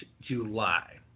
July